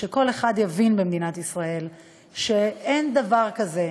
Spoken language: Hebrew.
ושכל אחד במדינת ישראל יבין שאין דבר כזה